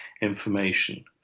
information